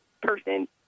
person